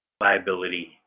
liability